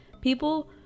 people